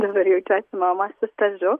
dabar jaučiuosi mama su stažu